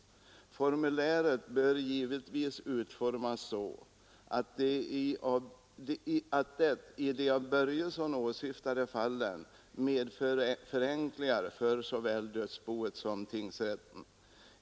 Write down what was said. Formuläret bör givetvis utformas så att det i de av Börjesson åsyftade fallen medför förenklingar för såväl dödsboet som tingsrätten.